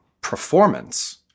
performance